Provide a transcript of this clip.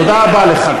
תודה רבה לך.